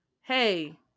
hey